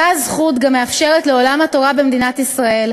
אותה הזכות גם מאפשרת לעולם התורה במדינת ישראל